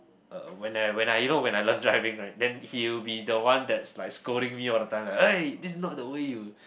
uh when I when I you know when I learn driving right then he'll be the one that's like scolding me all the time like !oi! this is not the way you